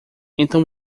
então